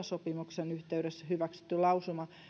sopimuksen yhteydessä hyväksytty lausuma